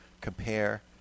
compare